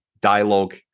dialogue